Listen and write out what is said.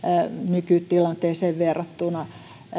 nykytilanteeseen verrattuna